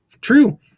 True